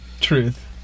Truth